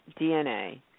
DNA